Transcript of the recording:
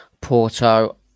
porto